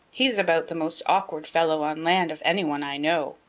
he's about the most awkward fellow on land of any one i know.